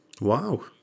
Wow